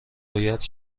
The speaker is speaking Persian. رویت